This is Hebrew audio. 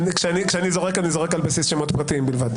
כשאני זורק, אני זורק על בסיס שמות פרטיים בלבד.